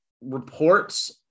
reports